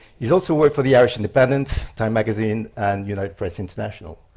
he also worked for the irish independence, time magazine, and united press international.